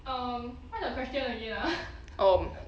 um what's the question again ah